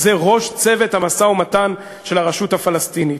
זה ראש צוות המשא-ומתן של הרשות הפלסטינית.